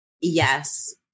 yes